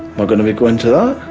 but going to be going to that?